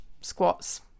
squats